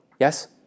Yes